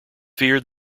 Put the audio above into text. feared